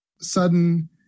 sudden